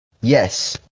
Yes